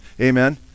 amen